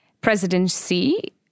presidency